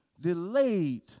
delayed